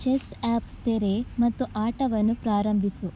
chess app ತೆರೆ ಮತ್ತು ಆಟವನ್ನು ಪ್ರಾರಂಭಸು